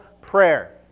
prayer